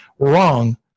wrong